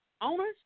owners